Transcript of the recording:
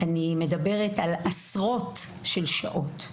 אני מדברת על עשרות שעות תקן.